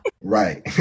Right